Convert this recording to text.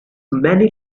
many